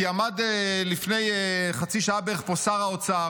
כי לפני חצי שעה בערך עמד פה שר האוצר,